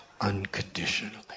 unconditionally